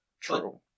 True